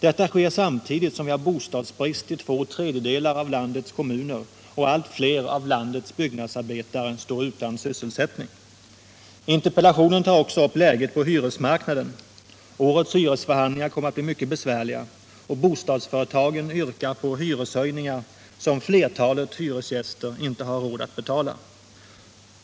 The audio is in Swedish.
Detta sker samtidigt som vi har bostadsbrist i två tredjedelar av landets kommuner och allt fler av landets byggnadsarbetare står utan sysselsättning. Interpellationen tar också upp läget på hyresmarknaden. Årets hyresförhandlingar kommer att bli mycket besvärliga, och bostadsföretagen yrkar på hyreshöjningar som flertalet hyresgäster inte har råd att betala.